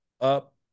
up